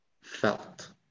felt